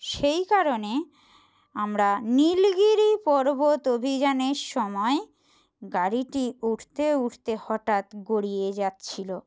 সেই কারণে আমরা নীলগিরি পর্বত অভিযানের সময় গাড়িটি উঠতে উঠতে হঠাৎ গড়িয়ে যাচ্ছিলো